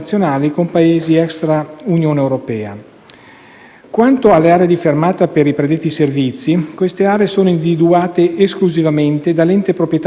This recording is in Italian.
europea. Le aree di fermata per i predetti servizi sono individuate esclusivamente dall'ente proprietario della strada, nella fattispecie Roma capitale.